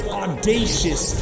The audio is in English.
audacious